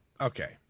Okay